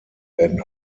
werden